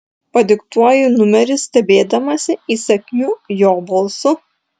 padiktuoju numerį stebėdamasi įsakmiu jo balsu